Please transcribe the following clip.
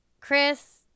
Chris